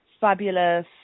fabulous